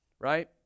right